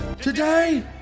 Today